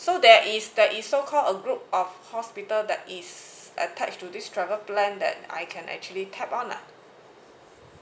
so there is there is so called a group of hospital that is attach to this travel plan that I can actually tap on lah